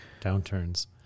downturns